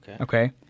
Okay